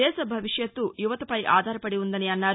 దేశ భవిష్యత్తు యువతపై ఆధారపడి ఉందన్నారు